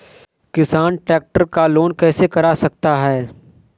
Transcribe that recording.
किसान ट्रैक्टर का लोन कैसे करा सकता है?